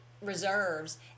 reserves